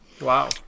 Wow